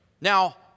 Now